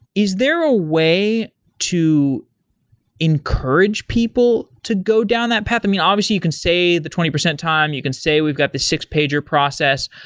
is there a way to encourage people to go down that path? i mean, obviously, you can say the twenty percent time, you can say we've got this six pager process.